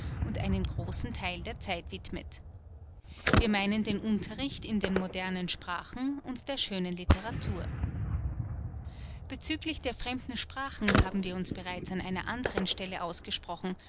und einen großen theil der zeit widmet wir meinen den unterricht in den modernen sprachen und der schönen literatur bezüglich der fremden sprachen haben wir uns bereits an einer andern stelle ausgesprochen